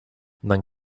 man